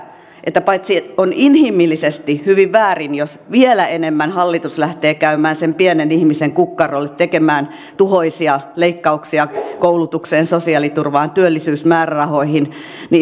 että paitsi että on inhimillisesti hyvin väärin jos vielä enemmän hallitus lähtee käymään sen pienen ihmisen kukkarolle tekemään tuhoisia leikkauksia koulutukseen sosiaaliturvaan työllisyysmäärärahoihin niin